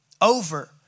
over